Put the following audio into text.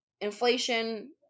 inflation